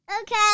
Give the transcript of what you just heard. Okay